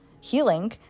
healing